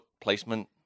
placement